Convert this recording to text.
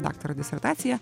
daktaro disertacija